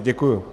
Děkuju.